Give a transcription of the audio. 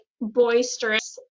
boisterous